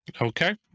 Okay